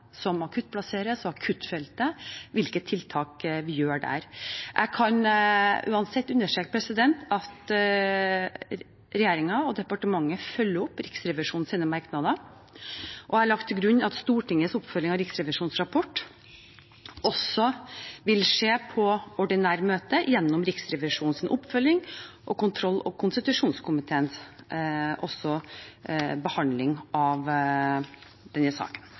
som akuttplasseres, og hvilke tiltak vi har på akuttfeltet. Jeg kan uansett understreke at regjeringen og departementet følger opp Riksrevisjonens merknader, og jeg har lagt til grunn at Stortingets oppfølging av Riksrevisjonens rapport også vil skje på ordinære møter gjennom Riksrevisjonens oppfølging og kontroll- og konstitusjonskomiteens behandling av denne saken.